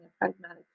pragmatic